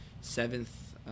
seventh